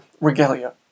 regalia